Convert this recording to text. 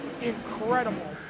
incredible